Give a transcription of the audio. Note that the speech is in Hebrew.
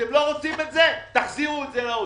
אתם לא רוצים את זה תחזירו את זה לאוצר.